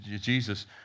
Jesus